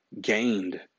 gained